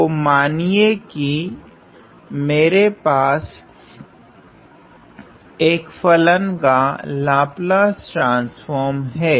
तो मानिए की मेरे पास एक फलन का लाप्लस ट्रांसफोर्म हैं